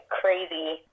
crazy